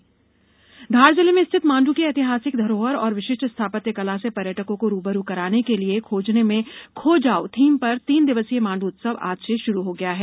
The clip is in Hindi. मांडू उत्सव धार जिले में स्थित माण्ड् की ऐतिहासिक धरोहर और विशिष्ट स्थापत्य कला से पर्यटकों को रूबरू कराने के लिए खोजने में खो जाओ थीम पर तीन दिवसीय माण्ड् उत्सव आज से श्रू हो गया है